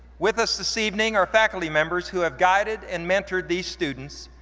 with us this evening are faculty members who have guided and mentored these students,